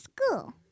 school